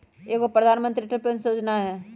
एगो प्रधानमंत्री अटल पेंसन योजना है?